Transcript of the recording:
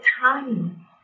time